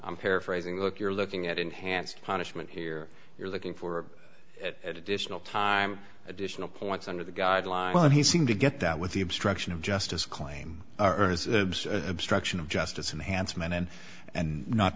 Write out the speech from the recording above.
i'm paraphrasing look you're looking at enhanced punishment here you're looking for additional time additional points under the guidelines and he seemed to get that with the obstruction of justice claim obstruction of justice enhanced men and